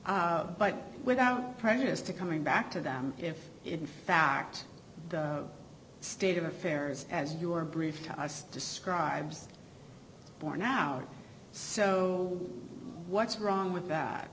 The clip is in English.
but without prejudice to coming back to them if in fact the state of affairs as you were briefed to us describes borne out so what's wrong with that